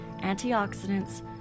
antioxidants